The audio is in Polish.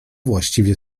właściwie